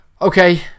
Okay